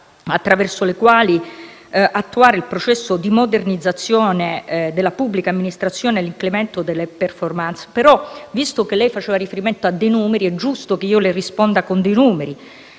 attraverso le quali attuare il processo di modernizzazione della pubblica amministrazione e di incremento delle *performance*. Tuttavia, visto che lei faceva riferimento a dei numeri, è giusto che io le risponda con dei numeri.